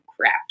crap